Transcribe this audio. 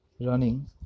running